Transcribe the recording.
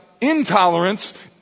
intolerance